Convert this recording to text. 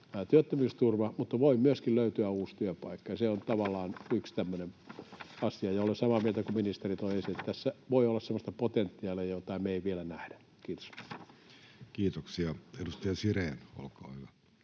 mutta voi myöskin löytyä uusi työpaikka, ja se on tavallaan yksi tämmöinen asia. Olen samaa mieltä kuin ministeri toi esille, että tässä voi olla semmoista potentiaalia, jota me emme vielä näe. — Kiitos. Kiitoksia. — Edustaja Sirén, olkaa hyvä.